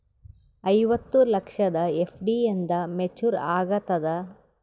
ಐವತ್ತು ಲಕ್ಷದ ಎಫ್.ಡಿ ಎಂದ ಮೇಚುರ್ ಆಗತದ?